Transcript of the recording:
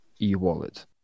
e-wallet